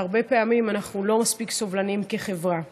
הרבה פעמים אנחנו לא מספיק סובלניים כחברה.